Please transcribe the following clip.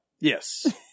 Yes